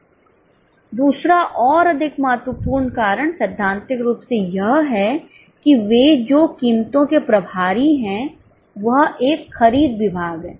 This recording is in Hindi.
दूसरा और अधिक महत्वपूर्ण कारण सैद्धांतिक रूप से यह है कि वे जो कीमतों के प्रभारी हैं वह एक खरीद विभाग है